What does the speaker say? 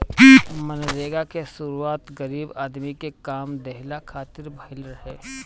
मनरेगा के शुरुआत गरीब आदमी के काम देहला खातिर भइल रहे